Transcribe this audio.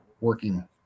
working